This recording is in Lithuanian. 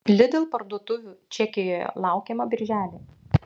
lidl parduotuvių čekijoje laukiama birželį